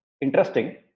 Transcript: interesting